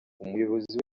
umuyobozi